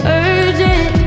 urgent